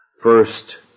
First